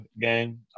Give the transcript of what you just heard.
game